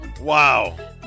Wow